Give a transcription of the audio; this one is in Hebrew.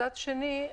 מצד שני,